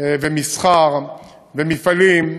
ומסחר ומפעלים,